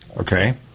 Okay